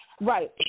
Right